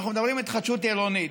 אנחנו מדברים על התחדשות עירונית,